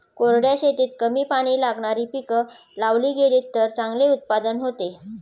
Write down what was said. कोरड्या शेतीत कमी पाणी लागणारी पिकं लावली गेलीत तर चांगले उत्पादन होते